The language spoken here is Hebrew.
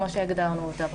כמו שהגדרנו אותה בחוק.